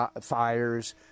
fires